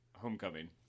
Homecoming